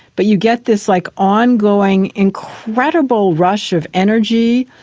but you get this like ongoing incredible rush of energy,